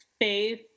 faith